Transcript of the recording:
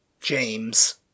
James